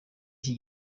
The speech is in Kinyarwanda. iki